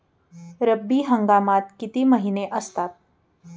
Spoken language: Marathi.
रब्बी हंगामात किती महिने असतात?